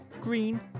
green